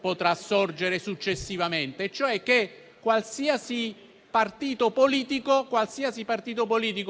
potrà sorgere successivamente, e cioè che qualsiasi partito politico